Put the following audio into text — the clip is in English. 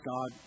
God